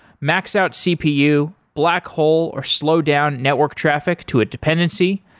max out cpu, black hole or slow down network traffic to a dependency,